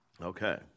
Okay